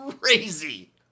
crazy